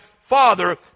Father